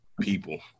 people